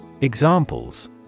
Examples